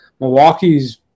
milwaukee's